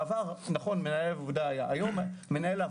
בעבר מנהל העבודה היה בעל הבית.